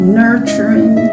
nurturing